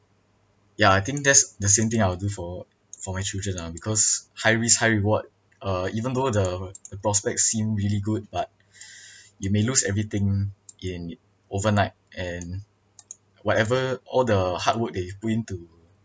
ya I think that's the same thing I will do for for my children lah because high risk high reward uh even though the the prospects seem really good but you may lose everything in overnight and whatever all the hard work that you put into